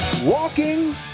Walking